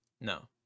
No